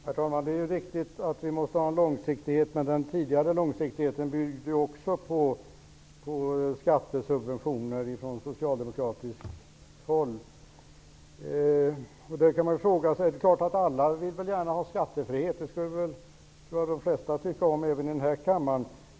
Herr talman! Det är riktigt att vi måste ha en långsiktighet. Men den tidigare långsiktigheten byggde också på skattesubventioner ifrån socialdemokratiskt håll. Alla vill väl gärna ha skattefrihet. Det tror jag de flesta även i denna kammare skulle tycka om.